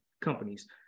companies